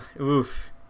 Oof